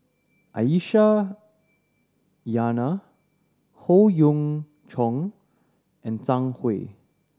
Aisyah Lyana Howe Yoon Chong and Zhang Hui